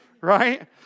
right